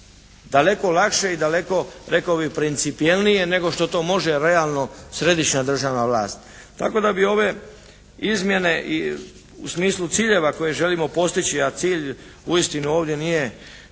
Daleko lakše i daleko rekao bih principijelnije nego što to može realno središnja državna vlast. Tako da bi ove izmjene i u smislu ciljeva koje mislimo postići a cilj uistinu ovdje nije